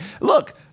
Look